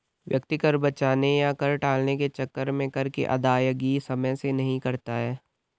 व्यक्ति कर बचाने या कर टालने के चक्कर में कर की अदायगी समय से नहीं करता है